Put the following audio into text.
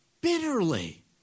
bitterly